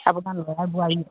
ল'ৰা বোৱাৰী